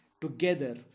together